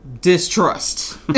Distrust